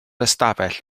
ystafell